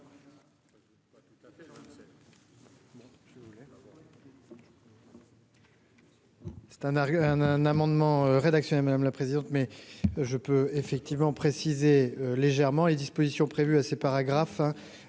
art, un amendement rédactionnel madame la présidente. Mais je peux effectivement précisé légèrement les dispositions prévues à paragraphe.